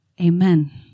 Amen